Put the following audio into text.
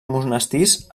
monestirs